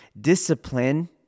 Discipline